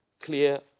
clear